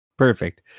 Perfect